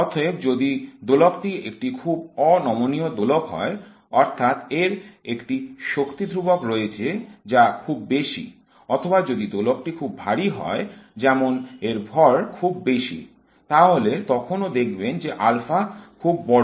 অতএব যদি দোলকটি একটি খুব অনমনীয় দোলক হয় অর্থাৎ এর একটি শক্তি ধ্রুবক রয়েছে যা খুব বেশি অথবা যদি দোলকটি খুব ভারী হয় যেমন এর ভর খুব বেশি তাহলে তখনও দেখবেন যে আলফা খুব বড়